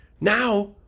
Now